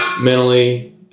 mentally